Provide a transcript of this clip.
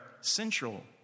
central